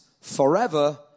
forever